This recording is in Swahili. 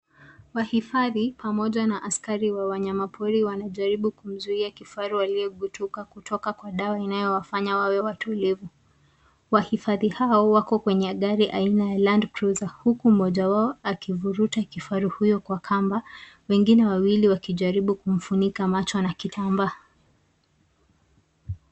Wahifadhi, pamoja na askari wa wanyama pori wanajaribu kumzuia kifaru aliyegutuka kutoka kwa dawa inayowafanya wawe watulivu. Wahifadhi hao wako kwenye gari aina ya landcruiser , huku mmoja wao akivuruta kifaru huyo kwa kamba, wengine wawili wakijaribu kumfunika macho na kitambaa.